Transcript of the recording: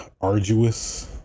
arduous